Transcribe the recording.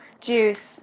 Juice